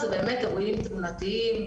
זה באמת אירועים תאונתיים,